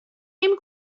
نمی